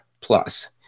plus